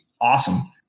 awesome